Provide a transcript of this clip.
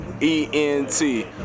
E-N-T